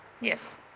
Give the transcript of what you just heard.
yes